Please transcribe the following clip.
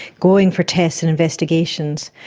going for tests and investigations.